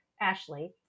Ashley